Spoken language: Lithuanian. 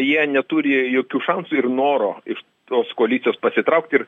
jie neturi jokių šansų ir noro iš tos koalicijos pasitraukt ir